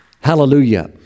Hallelujah